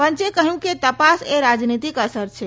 પંચે કહ્યુંકે તપાસ એ રાજનીતીક અસર છે